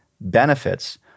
benefits